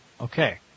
Okay